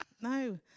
No